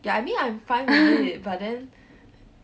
ya I mean I'm fine with it but then